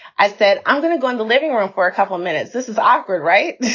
i said, i'm gonna go in the living room for a couple minutes. this is awkward, right?